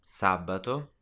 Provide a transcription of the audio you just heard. Sabato